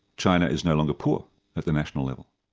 china is no longer poor at the national level.